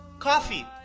Coffee